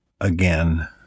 again